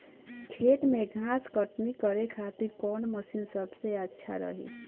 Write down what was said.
खेत से घास कटनी करे खातिर कौन मशीन सबसे अच्छा रही?